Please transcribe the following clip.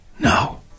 No